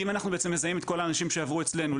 אם אנחנו בעצם מזהים את כל האנשים שעברו אצלנו,